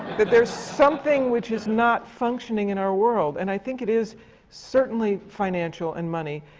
that there's something which is not functioning in our world. and i think it is certainly financial and money.